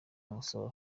nsoro